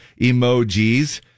emojis